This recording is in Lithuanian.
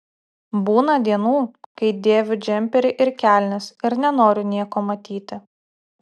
būna dienų kai dėviu džemperį ir kelnes ir nenoriu nieko matyti